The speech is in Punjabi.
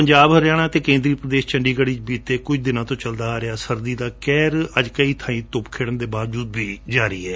ਪੰਜਾਬ ਹਰਿਆਣਾ ਅਤੇ ਕੇਂਦਰੀ ਪ੍ਰਦੇਸ਼ ਚੰਡੀਗੜ੍ਪ ਵਿਚ ਬੀਤੇ ਕੁਝ ਦਿਨਾਂ ਤੋਂ ਚਲਦਾ ਆ ਰਿਹਾ ਸਰਦੀ ਦਾ ਕਹਿਰ ਅੱਜ ਕਈ ਬਾਈ ਧੱਪ ਖਿੜਨ ਦੇ ਬਾਵਜੁਦ ਵੀ ਜਾਰੀ ਹੈ